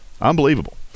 Unbelievable